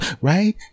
right